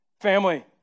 Family